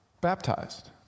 baptized